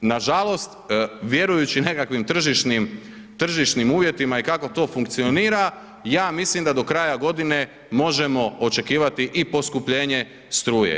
Nažalost vjerujući nekakvim tržišnim uvjetima i kak to funkcionira, ja mislim da do kraja godine možemo očekivati i poskupljenje struje.